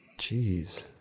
Jeez